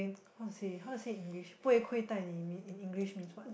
how to say how to say in English 不会亏待你 in English means what